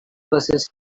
versus